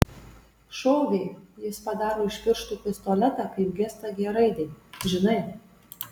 šovė jis padaro iš pirštų pistoletą kaip gestą g raidei žinai